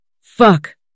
Fuck